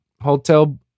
hotel